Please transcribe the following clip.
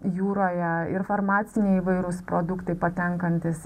jūroje ir farmaciniai įvairūs produktai patenkantys